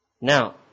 Now